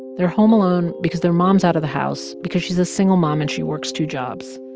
they're home alone because their mom's out of the house because she's a single mom, and she works two jobs.